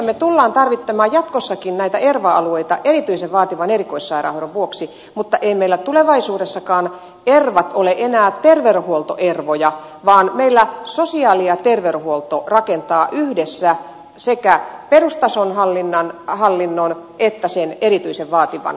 me tulemme tarvitsemaan jatkossakin näitä erva alueita erityisen vaativan erikoissairaanhoidon vuoksi mutta eivät meillä tulevaisuudessakaan ervat ole enää terveydenhuolto ervoja vaan meillä sosiaali ja terveydenhuolto rakentaa yhdessä sekä perustason hallinnon että sen erityisen vaativan palveluhallinnon